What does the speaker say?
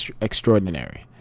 extraordinary